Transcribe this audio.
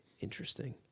interesting